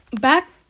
back